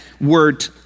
word